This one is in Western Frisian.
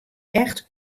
echt